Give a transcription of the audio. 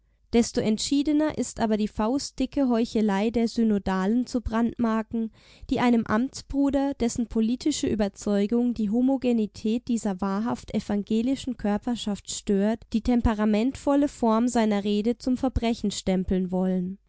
desto entschiedener ist aber die faustdicke heuchelei der synodalen zu brandmarken die einem amtsbruder dessen politische überzeugung die homogenität dieser wahrhaft evangelischen körperschaft stört die temperamentvolle form seiner rede zum verbrechen stempeln wollen